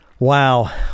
wow